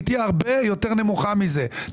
היא תהיה הרבה יותר נמוכה מזה.